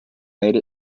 made